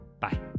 Bye